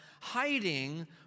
hiding